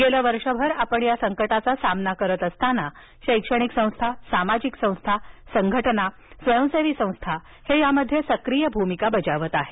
गेलं वर्षभर आपण या संकटाचा सामना करत असताना शैक्षणिक संस्था सामाजिक संस्था संघटना स्वयंसेवी संस्था हे यामध्ये सक्रीय भूमिका बजावत आहेत